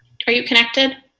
you connected?